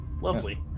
Lovely